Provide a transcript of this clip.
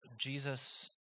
jesus